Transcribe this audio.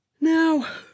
now